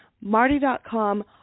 Marty.com